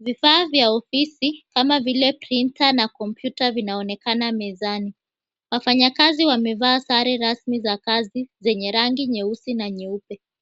Vifaa vya ofisi kama vile printa na komputa vinaonekana mezani. Wafanyakazi wamevaa sare rasmi za kazi zenye rangi nyeusi na nyeupe.